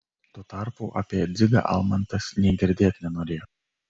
tuo tarpu apie dzigą almantas nė girdėt nenorėjo